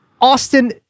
Austin